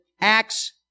Acts